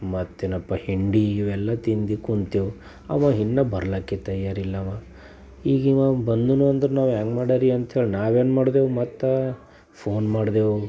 ಮತ್ತೆನಪ್ಪ ಹಿಂಡಿ ಇವೆಲ್ಲ ತಿಂದು ಕೂತೆವು ಅವ ಇನ್ನೂ ಬರ್ಲಿಕ್ಕೇ ತಯಾರಿಲ್ಲವ ಈಗಿವ ಬಂದನು ಅಂದ್ರೆ ನಾವು ಹೆಂಗೆ ಮಾಡಾರಿ ಅಂಥೇಳಿ ನಾವು ಏನು ಮಾಡಿದೆವು ಮತ್ತೆ ಫೋನ್ ಮಾಡಿದೆವು